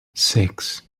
six